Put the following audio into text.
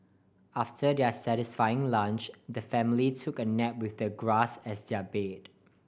after their satisfying lunch the family took a nap with the grass as their bed